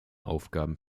aufgaben